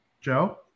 Joe